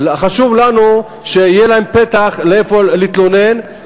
חשוב לנו שיהיה להם פתח איפה להתלונן,